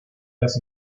las